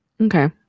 Okay